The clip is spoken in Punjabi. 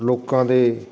ਲੋਕਾਂ ਦੇ